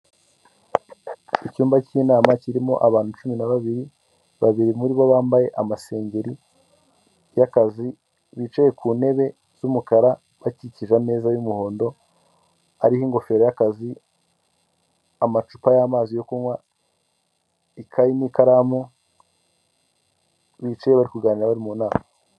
Icyumba cy'inama kirimo abantu cumi na babiri. Babiri muri bo bambaye amasengeri y'akazi, bicaye ku ntebe z'umukara bakikije ameza y'umuhondo. Hari ingofero y'akazi, amacupa y'amazi yo kunywa, ikayi, n'ikaramu. Bicaye bari kuganira, bari mu nama.